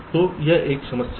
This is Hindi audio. तो यह एक समस्या है